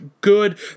good